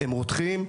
המים רותחים.